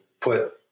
put